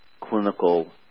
clinical